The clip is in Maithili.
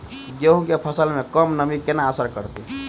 गेंहूँ केँ फसल मे कम नमी केना असर करतै?